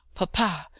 papa,